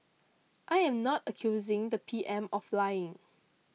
i am not accusing the P M of lying